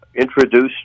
introduced